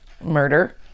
murder